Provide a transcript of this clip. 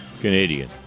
Canadian